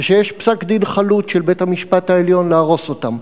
ושיש פסק-דין חלוט של בית-המשפט העליון להרוס אותם,